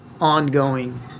ongoing